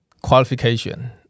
qualification